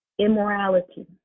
Immorality